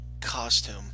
costume